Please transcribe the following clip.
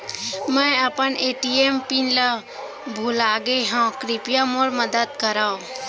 मै अपन ATM PIN ला भूलागे हव, कृपया मोर मदद करव